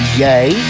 yay